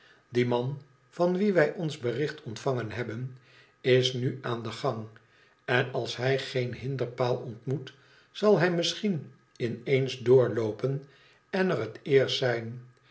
die man van wien wij ons bericht ontvangen bebben is nu aan den gang en als hij geen hinderpaal ontmoet zal hi düsscbien ineens doorloopen en er het eerst zijn